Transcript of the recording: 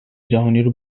جهانیو